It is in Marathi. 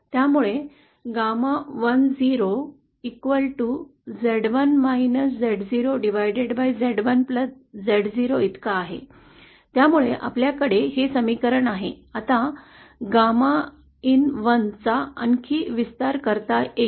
त्यामुळे GAMA10 Z1Z0 इतक आहे त्यामुळे आपल्याकडे हे समीकरण आहे आता GAMAin1 चा आणखी विस्तार करता येईल